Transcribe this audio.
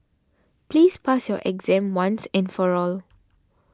please pass your exam once and for all